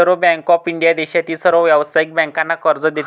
reserve bank of India देशातील सर्व व्यावसायिक बँकांना कर्ज देते